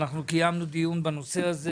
אנחנו קיימנו דיון בנושא הזה